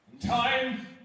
Time